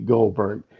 Goldberg